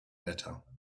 better